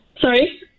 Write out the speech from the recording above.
Sorry